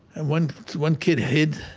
and one one kid hid